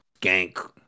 Gank